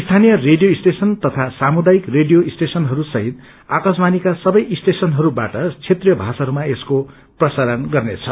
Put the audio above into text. स्यानीय radio station तथा सामुदायिक radio स्टेशनहरू सहित आकाशवाणीका सवै स्टेशन क्षेत्रीय भाषाहरूमा यसको प्रसार गर्नेछ